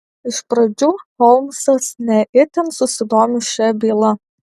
iš pradžių holmsas ne itin susidomi šia byla